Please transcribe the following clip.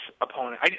opponent